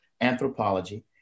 anthropology